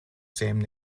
same